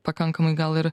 pakankamai gal ir